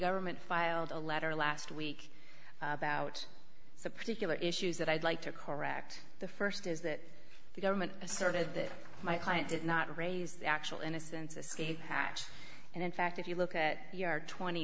government filed a letter last week about so particular issues that i'd like to correct the first is that the government asserted that my client did not raise the actual innocence escape hatch and in fact if you look at twenty